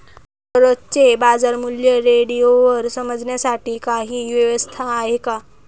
दररोजचे बाजारमूल्य रेडिओवर समजण्यासाठी काही व्यवस्था आहे का?